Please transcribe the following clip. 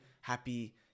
happy